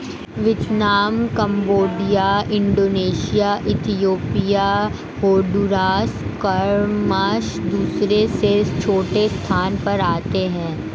Vietnam Cambodia Indonesia Ethiopia Honduras क्रमशः दूसरे से छठे स्थान पर आते हैं